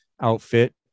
outfit